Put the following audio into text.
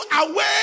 away